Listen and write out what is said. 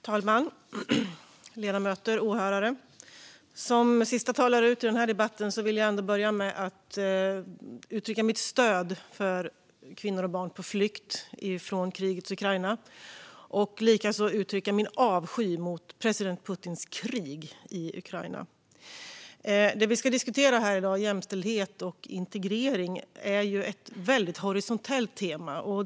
Fru talman! Ledamöter och åhörare! Som sista talare ut i den här debatten vill jag börja med att uttrycka mitt stöd för kvinnor och barn på flykt från krigets Ukraina och min avsky mot president Putins krig i Ukraina. Det vi ska diskutera här i dag, jämställdhet och integrering, är ju ett väldigt horisontellt tema.